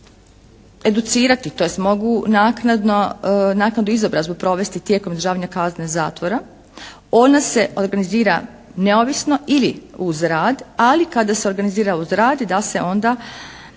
i educirati tj. mogu naknadnu izobrazbu provesti tijekom izdržavanja kazne zatvora. Ona se organizira neovisno ili uz rad. Ali kada se organizira uz rad da se onda